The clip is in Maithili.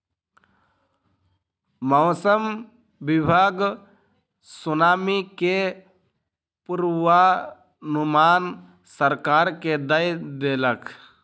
मौसम विभाग सुनामी के पूर्वानुमान सरकार के दय देलक